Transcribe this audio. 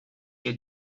you